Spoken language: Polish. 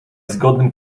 zgodnym